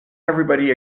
everybody